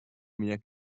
меня